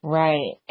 right